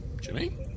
Jimmy